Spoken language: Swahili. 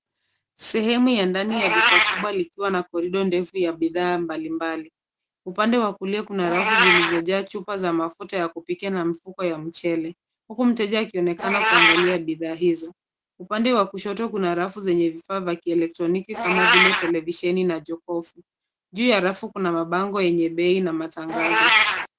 Sehemu ya ndani ya duka kubwa likiwa na korido refu ya bidhaa mbalimbali. Upande wa kulia kuna rafu zilizojaa chupa za mafuta ya kupikia na mifuko ya mchele huku mteja akionekana kuangalia bidhaa hizo. Upande wa kushoto kuna rafu zenye vifaa vya kielektroniki kama vile televisheni na jokofu. Juu ya rafu kuna mabango yenye bei na matangazo.